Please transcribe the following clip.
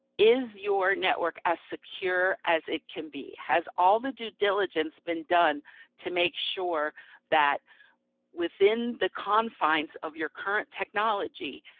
is your network as secure as it can be. has all the due diligence been done to make sure that within the confines of your current technology,